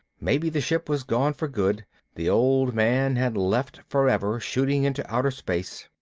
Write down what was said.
maybe the ship was gone for good the old man had left forever, shooting into outer space.